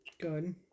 good